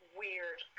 weird